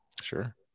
Sure